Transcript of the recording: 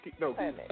No